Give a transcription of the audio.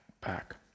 back